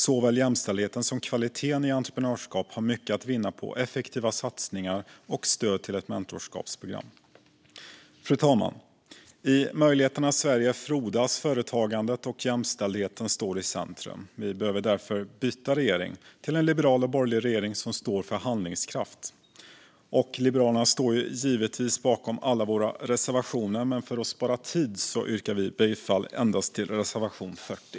Såväl jämställdheten som kvaliteten i entreprenörskap har mycket att vinna på effektiva satsningar och stöd till ett mentorskapsprogram. Fru talman! I möjligheternas Sverige frodas företagandet, och jämställdheten står i centrum. Vi behöver därför byta regering - till en liberal och borgerlig regering som står för handlingskraft. Vi i Liberalerna står givetvis bakom alla våra reservationer, men för att spara tid yrkar jag bifall endast till reservation 40.